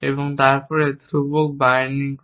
এবং তারপরে ধ্রুবক বাইন্ডিং করে